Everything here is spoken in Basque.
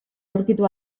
aurkitu